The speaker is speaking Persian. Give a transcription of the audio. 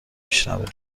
میشنوه